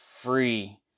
free